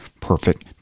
perfect